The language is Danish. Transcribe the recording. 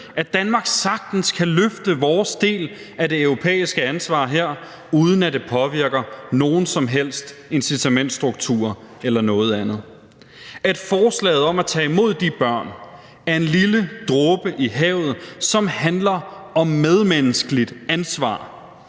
at Danmark sagtens kan løfte vores del af det europæiske ansvar her, uden at det påvirker nogen som helst incitamentstrukturer eller noget andet, og at forslaget om at tage imod de børn er en lille dråbe i havet, som handler om et medmenneskeligt ansvar,